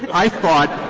i thought